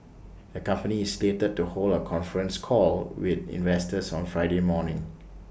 the company is slated to hold A conference call with investors on Friday morning